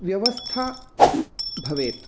व्यवस्था भवेत्